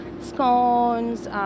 scones